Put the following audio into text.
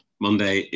Monday